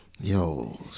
Yo